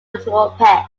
agricultural